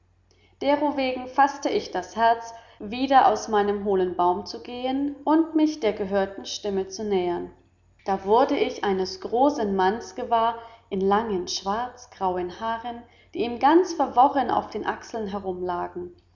derowegen faßte ich das herz wieder aus meinem hohlen baum zu gehen und mich der gehörten stimme zu nähern da wurde ich eines großen manns gewahr in langen schwarzgrauen haaren die ihm ganz verworren auf den achseln